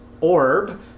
orb